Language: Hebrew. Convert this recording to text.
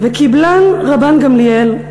"וקיבלן רבן גמליאל.